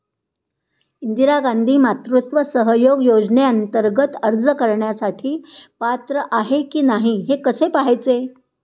इंदिरा गांधी मातृत्व सहयोग योजनेअंतर्गत अर्ज करण्यासाठी पात्र आहे की नाही हे कसे पाहायचे?